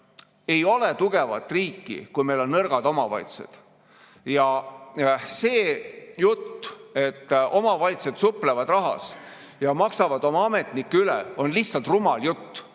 ei ole tugevat riiki, kui meil on nõrgad omavalitsused. See jutt, et omavalitsused suplevad rahas ja maksavad oma ametnikke üle, on lihtsalt rumal jutt.